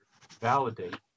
validate